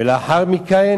ולאחר מכן: